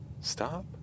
stop